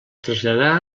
traslladà